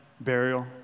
burial